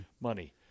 money